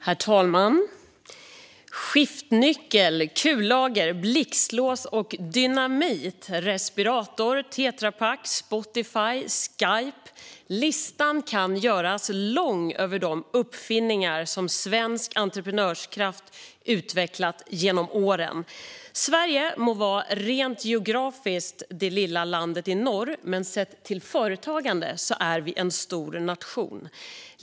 Herr talman! Skiftnyckel, kullager, blixtlås, dynamit och respirator. Tetra Pak, Spotify och Skype. Listan kan göras lång över de uppfinningar som svensk entreprenörskraft utvecklat genom åren. Sverige må rent geografiskt vara det lilla landet i norr, men sett till företagande är vi en stor nation.